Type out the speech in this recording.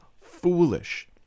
foolish